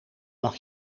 mag